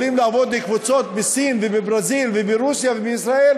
יכולות לעבוד קבוצות בסין ובברזיל וברוסיה ובישראל,